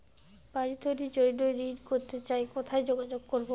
বাড়ি তৈরির জন্য ঋণ করতে চাই কোথায় যোগাযোগ করবো?